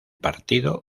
partido